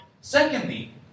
Secondly